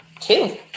Two